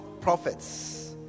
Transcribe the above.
prophets